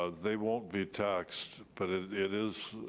ah they won't be taxed, but it it is